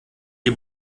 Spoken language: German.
die